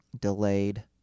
delayed